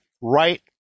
right